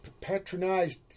Patronized